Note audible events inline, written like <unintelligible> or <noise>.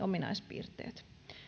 <unintelligible> ominaispiirteet